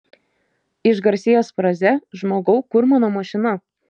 išgarsėjęs fraze žmogau kur mano mašina